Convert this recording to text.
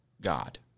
God